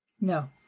No